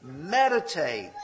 meditate